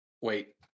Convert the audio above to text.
wait